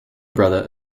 brother